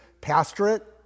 pastorate